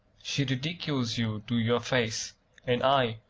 she ridicules you to your face and i,